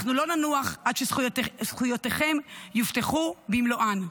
אנחנו לא ננוח עד שזכויותיכם יובטחו במלואן.